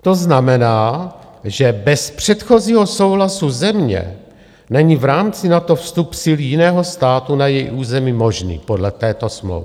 To znamená, že bez předchozího souhlasu země není v rámci NATO vstup sil jiného státu na její území možný podle této smlouvy.